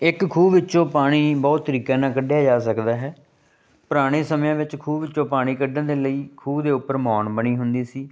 ਇੱਕ ਖੂਹ ਵਿੱਚੋਂ ਪਾਣੀ ਬਹੁਤ ਤਰੀਕੇ ਨਾਲ ਕੱਢਿਆ ਜਾ ਸਕਦਾ ਹੈ ਪੁਰਾਣੇ ਸਮਿਆਂ ਵਿੱਚ ਖੂਹ 'ਚੋਂ ਪਾਣੀ ਕੱਢਣ ਦੇ ਲਈ ਖੂਹ ਦੇ ਉੱਪਰ ਮੌਣ ਬਣੀ ਹੁੰਦੀ ਸੀ